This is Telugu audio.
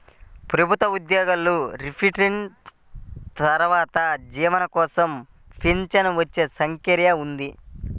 ప్రభుత్వ ఉద్యోగులకు రిటైర్మెంట్ తర్వాత జీవనం కోసం పెన్షన్ వచ్చే సౌకర్యం ఉంది